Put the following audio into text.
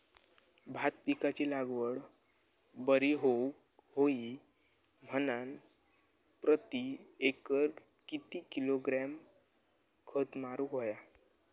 भात पिकाची लागवड बरी होऊक होई म्हणान प्रति एकर किती किलोग्रॅम खत मारुक होया?